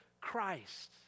Christ